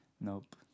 Nope